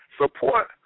support